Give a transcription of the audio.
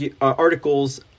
articles